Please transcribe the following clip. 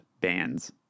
bands